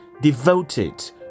Devoted